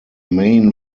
main